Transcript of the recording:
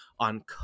on